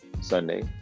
Sunday